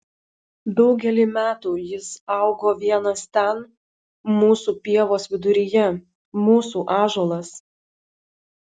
daugelį metų jis augo vienas ten mūsų pievos viduryje mūsų ąžuolas